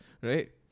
right